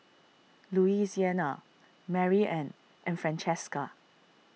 Louisiana Maryann and Francesca